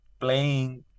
playing